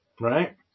right